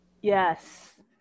Yes